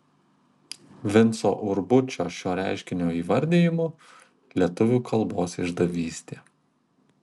vinco urbučio šio reiškinio įvardijimu lietuvių kalbos išdavystė